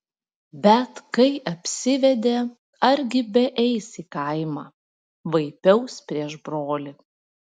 bet kai apsivedė argi beeis į kaimą vaipiaus prieš brolį